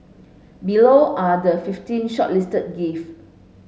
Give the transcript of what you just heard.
below are the fifteen shortlisted gift